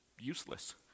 useless